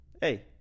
hey